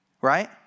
right